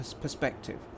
perspective